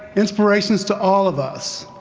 inspirations to all of us.